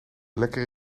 lekker